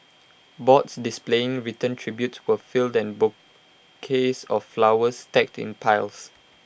boards displaying written tributes were filled and bouquets of flowers stacked in piles